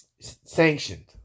sanctioned